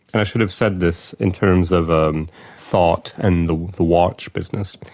and i should have said this in terms of thought and the watch business,